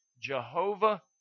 Jehovah